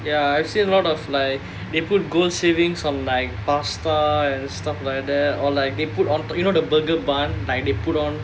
ya I've seen a lot of like they put gold shavings on like pasta and stuff like that or like they put on you know the burger bun like they put on